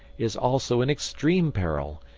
is also in extreme peril,